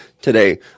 today